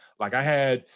like i had,